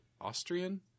Austrian